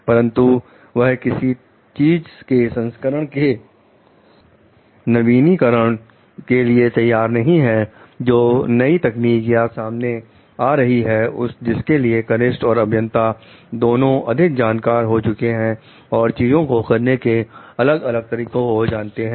परंतु वह किसी तीज के संस्करण के नवीनीकरण के लिए तैयार नहीं हैं जो नई तकनीकी या सामने आ रही हैं जिनके लिए कनिष्ठ और अभियंता दोनों अधिक जानकार हो चुके हैं और चीजों को करने के अलग अलग तरीकों को जानते हैं